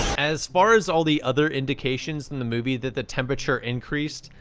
as far as all the other indications in the movie that the temperature increased,